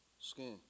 Skin